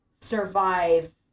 survive